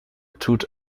tut